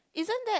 isn't that